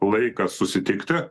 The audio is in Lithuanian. laikas susitikti